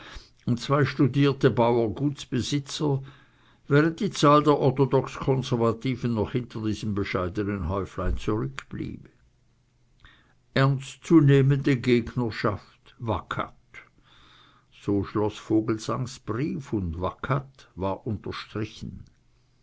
und zwei studierte bauergutsbesitzer während die zahl der orthodox konservativen noch hinter diesem bescheidenen häuflein zurückblieb ernst zu nehmende gegnerschaft vacat so schloß vogelsangs brief und vacat war unterstrichen